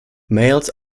males